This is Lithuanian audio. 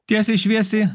tiesiai šviesiai